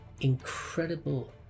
incredible